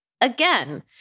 Again